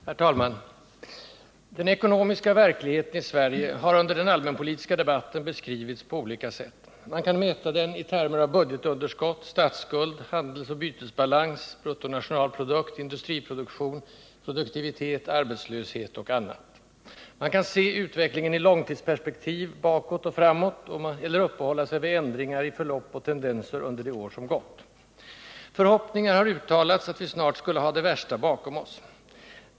Herr talman! Den ekonomiska verkligheten i Sverige har under den allmänpolitiska debatten beskrivits på olika sätt. Man kan mäta den i termer av budgetunderskott, statsskuld, handelsoch bytesbalans, bruttonationalprodukt, industriproduktion, produktivitet, arbetslöshet och annat. Man kan se utvecklingen i långtidsperspektiv, bakåt och framåt, eller uppehålla sig vid ändringar i förlopp och tendenser under det år som gått. Förhoppningar har uttalats att vi snart skall ha det värsta bakom oss.